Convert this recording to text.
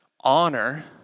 Honor